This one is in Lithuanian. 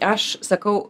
aš sakau